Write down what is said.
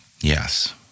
Yes